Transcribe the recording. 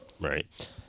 right